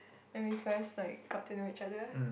when we first like got to know each other